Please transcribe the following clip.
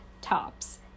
tops